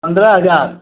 पंद्रह हज़ार